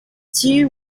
two